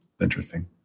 Interesting